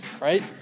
right